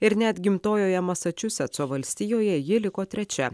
ir net gimtojoje masačusetso valstijoje ji liko trečia